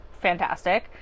fantastic